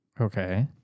Okay